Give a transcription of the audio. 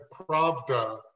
Pravda